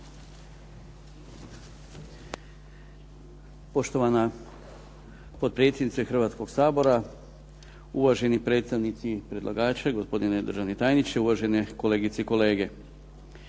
Poštovana potpredsjednice Hrvatskoga sabora. Uvaženi predstavnici predlagača, gospodine državni tajniče, uvažene kolegice i kolege.